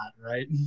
right